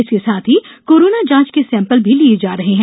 इसके साथ ही कोरोना जांच के सेंपल भी लिये जा रहे हैं